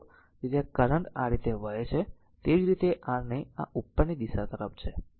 તેથી આ કરંટ આ રીતે વહે છે તેવી જ રીતે r ને આ ઉપરની દિશા તરફ છે